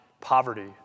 poverty